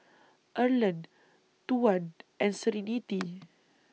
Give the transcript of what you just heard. Erland Tuan and Serenity